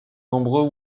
nombreux